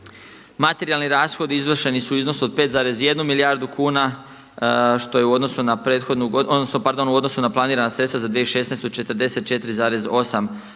Materijalni rashodi izvršeni su u iznosu od 5,1 milijardu kuna što je u odnosu na planirana sredstva za 2016. 44,8%.